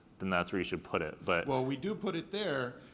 then that's where you should put it. but well, we do put it there,